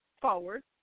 forward